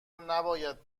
نباید